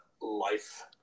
life